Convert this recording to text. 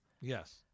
Yes